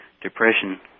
depression